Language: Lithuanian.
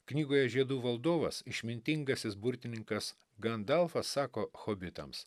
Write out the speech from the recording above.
knygoje žiedų valdovas išmintingasis burtininkas gandalfas sako hobitams